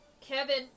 Kevin